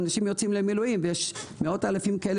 יוצאים למילואים ויש מאות אלפים כאלה